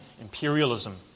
imperialism